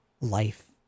life